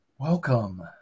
Welcome